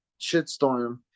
shitstorm